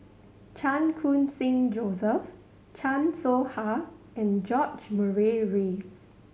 Chan Khun Sing Joseph Chan Soh Ha and George Murray Reith